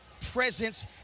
presence